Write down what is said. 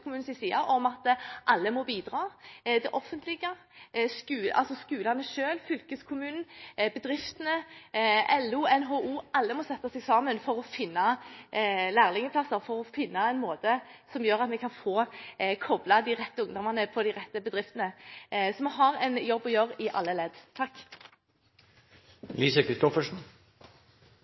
side vekt på at alle må bidra. Det offentlige, altså skolene selv, fylkeskommunen, bedriftene, LO, NHO – alle må sette seg sammen for å finne lærlingplasser, for å finne en måte som gjør at vi kan få koblet de rette ungdommene til de rette bedriftene. Så vi har en jobb å gjøre i alle ledd.